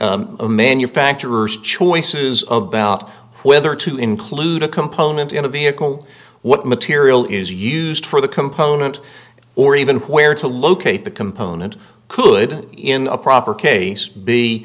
manufacturers choices about whether to include a component in a vehicle what material is used for the component or even where to locate the component could in a proper case